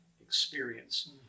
experience